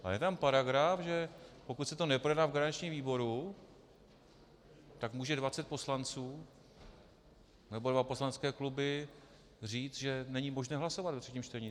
Ale je tam paragraf, že pokud se to neprojedná v garančním výboru, tak může 20 poslanců nebo dva poslanecké kluby říct, že není možné hlasovat ve třetím čtení.